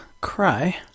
Cry